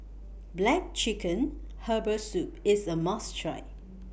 Black Chicken Herbal Soup IS A must Try